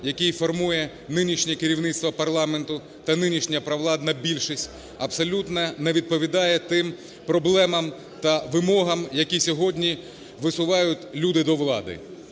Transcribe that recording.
який формує нинішнє керівництво парламенту та нинішня провладна більшість, абсолютно не відповідає тим проблемам та вимогам, які сьогодні висувають люди до влади.